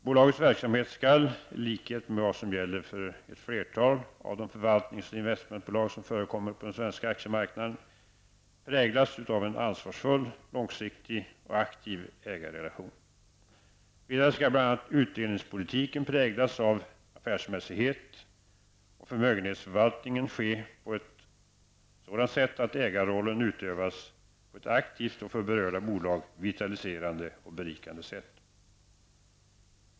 Bolagets verksamhet skall — i likhet med vad som gäller för ett flertal av de förvaltnings och investmentbolag som förekommer på den svenska aktiemarknaden — präglas av en ansvarsfull, långsiktig och aktiv ägarrelation. Vidare skall bl.a. utdelningspolitiken präglas av affärsmässighet och förmögenhetsförvaltningen ske på ett sådant sätt att ägarrollen utövas på ett aktivt sätt och för berörda bolag vitaliserande och berikande sätt.